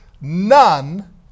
None